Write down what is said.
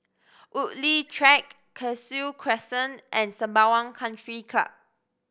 Woodleigh Track Cashew Crescent and Sembawang Country Club